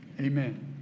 Amen